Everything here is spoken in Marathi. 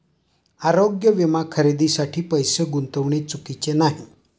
आरोग्य विमा खरेदीसाठी पैसे गुंतविणे चुकीचे नाही